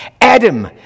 Adam